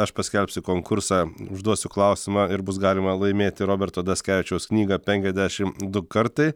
aš paskelbsiu konkursą užduosiu klausimą ir bus galima laimėti roberto daskevičiaus knygą penkiasdešim du kartai